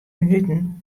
minuten